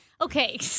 Okay